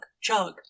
chug